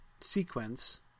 sequence